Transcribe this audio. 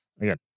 Again